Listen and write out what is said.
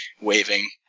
waving